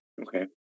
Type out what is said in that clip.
Okay